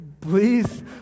please